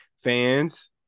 fans